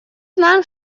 знаем